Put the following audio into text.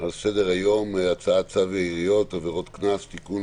על סדר היום: "הצעת צו העיריות (עבירות קנס) (תיקון),